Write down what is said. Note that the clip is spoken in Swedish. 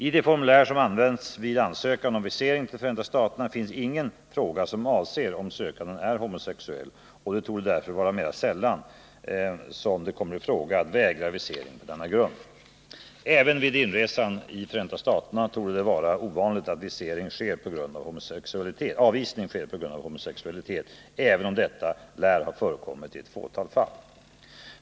I det formulär som används vid ansökan om visering till Förenta staterna finns ingen fråga som avser om sökanden är homosexuell, och det torde därför mera sällan komma i fråga att vägra visering på denna grund. Även vid inresan i Förenta staterna torde det vara ovanligt att avvisning sker på grund av homosexualitet, även om detta lär ha förekommit i ett fåtal fall.